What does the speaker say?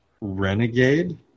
Renegade